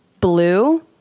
blue